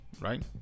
right